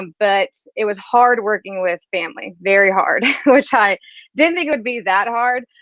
but it was hard working with family, very hard which i didn't think it would be that hard.